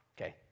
Okay